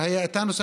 שהיה איתנו?